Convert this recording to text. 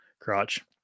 crotch